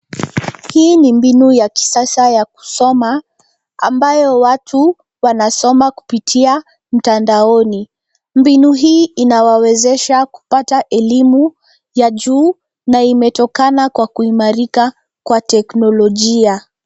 Hii ni mbinu ya kisasa ya kusoma, ambayo watu wanasoma kupitia mtandaoni. Mbinu hii inawawezesha kupata elimu ya juu na imetokana kwa kuimarika kwa teknolojia.